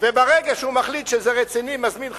וברגע שהוא מחליט שזה רציני, הוא מזמין חבלן,